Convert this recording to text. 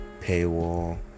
paywall